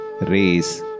race